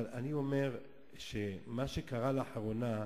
אני אומר שמה שקרה לאחרונה,